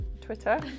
Twitter